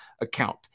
account